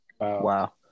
wow